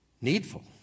Needful